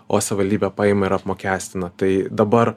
o savivaldybė paima ir apmokestina tai dabar